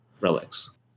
Relics